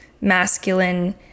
masculine